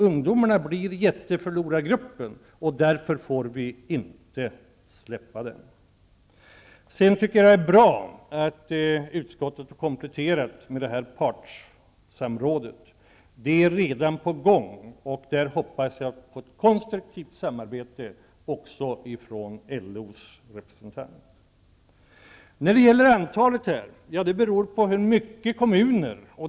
Ungdomarna blir jätteförlorargruppen, därför får vi inte släppa dem. Jag tycker att det är bra att utskottet har kompletterat med partssamrådet. Det är redan på gång. Där hoppas jag på ett konstruktivt samarbete också med LO:s representant. Antalet platser för ungdomspraktik beror på kommunerna.